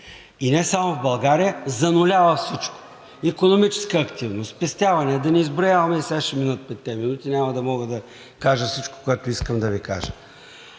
и не само в България, занулява всичко – икономическа активност, спестявания. Да не изброяваме, сега ще минат петте минути и няма да мога да кажа всичко, което искам да Ви кажа.